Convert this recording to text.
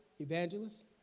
evangelists